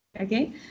Okay